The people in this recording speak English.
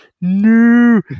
no